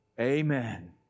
Amen